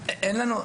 הילדים,